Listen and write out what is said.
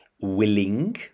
willing